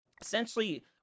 essentially